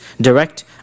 direct